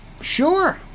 sure